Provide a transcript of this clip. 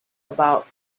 about